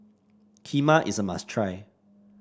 Kheema is a must try